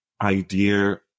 idea